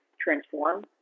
transform